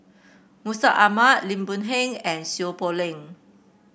Mustaq Ahmad Lim Boon Heng and Seow Poh Leng